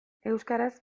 euskaraz